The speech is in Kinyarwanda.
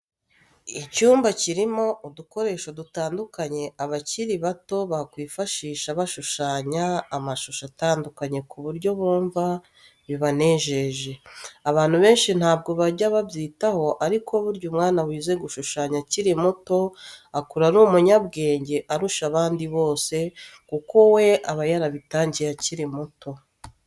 Icyumba kirimo udukoresho dutandukanye abakiri bato bakwifashisha bashushanya amashusho atandukanye ku buryo bumva bibanejeje. Abantu benshi ntabwo bajya babyitaho ariko burya umwana wize gushushanya akiri muto akura ari umunyabwenge arusha abandi bose kuko we aba yarabitangiye akiri muto.